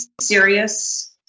serious